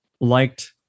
liked